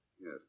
yes